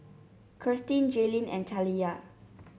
Kirstin Jailyn and Taliyah